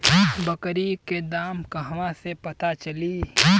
बकरी के दाम कहवा से पता चली?